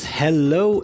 hello